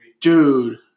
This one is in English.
dude